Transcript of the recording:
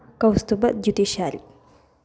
कौस्तुभः द्युतिशारी